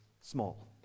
small